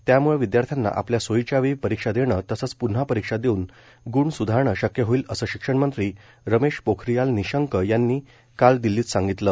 त्यामुळं विदयार्थ्याना आपल्या सोयीच्या वेळी परीक्षा देणं तसंच पून्हा परीक्षा देऊन गूण सुधारणं शक्य होईल असं शिक्षणमंत्री रमेश पोखरीयाल निशंक यांनी काल दिल्लीत सांगितलं